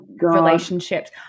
Relationships